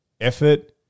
effort